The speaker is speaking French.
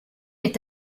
est